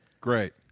Great